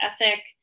ethic